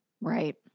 Right